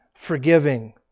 Forgiving